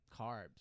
carbs